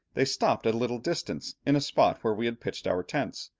they stopped at a little distance, in a spot where we had pitched our tents.